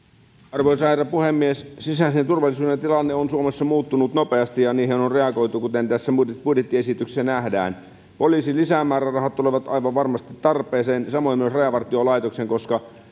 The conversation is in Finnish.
arvoisa herra puhemies sisäisen turvallisuuden tilanne on suomessa muuttunut nopeasti ja siihen on reagoitu kuten tästä budjettiesityksestä nähdään poliisin lisämäärärahat tulevat aivan varmasti tarpeeseen samoin rajavartiolaitoksen koska